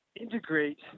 integrate